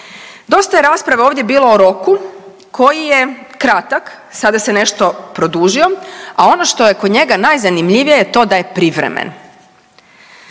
Dosta je rasprave ovdje bilo o roku koji je kratak, sada se nešto produžio a ono što je kod njega najzanimljivije je to da je privremen.